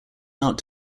out